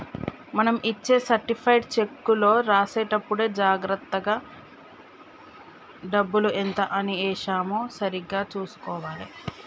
మనం ఇచ్చే సర్టిఫైడ్ చెక్కులో రాసేటప్పుడే జాగర్తగా డబ్బు ఎంత అని ఏశామో సరిగ్గా చుసుకోవాలే